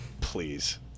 Please